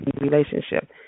relationship